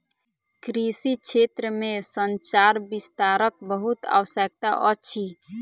कृषि क्षेत्र में संचार विस्तारक बहुत आवश्यकता अछि